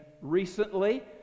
recently